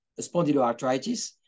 spondyloarthritis